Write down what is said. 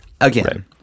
Again